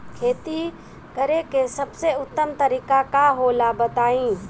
खेती करे के सबसे उत्तम तरीका का होला बताई?